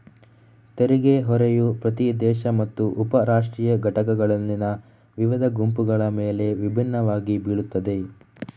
ತೆರಿಗೆ ಹೊರೆಯು ಪ್ರತಿ ದೇಶ ಮತ್ತು ಉಪ ರಾಷ್ಟ್ರೀಯ ಘಟಕಗಳಲ್ಲಿನ ವಿವಿಧ ಗುಂಪುಗಳ ಮೇಲೆ ವಿಭಿನ್ನವಾಗಿ ಬೀಳುತ್ತದೆ